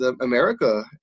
America